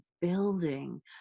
building